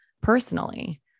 personally